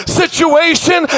situation